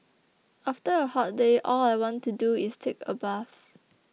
after a hot day all I want to do is take a bath